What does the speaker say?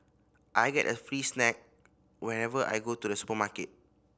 I get a free snack whenever I go to the supermarket